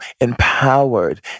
empowered